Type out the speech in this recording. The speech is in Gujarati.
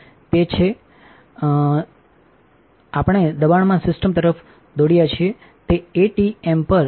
તેથી હવે આપણેદબાણમાં સિસ્ટમ તરફ દોડ્યા છીએ તે એટીએમ પર 7